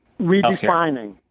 Redefining